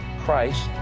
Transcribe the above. Christ